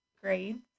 grades